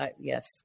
yes